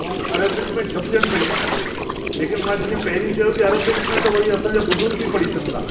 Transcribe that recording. ऐं अरेबिक में छपिजनि पयूं लेकिन मां जीअं पहिरीं चयो की अरेबिक में त वरी असांजा बुज़ुर्ग ई पढ़ी सघंदा